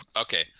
Okay